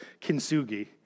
kintsugi